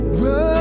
run